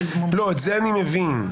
את זה אני מבין.